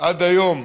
עד היום.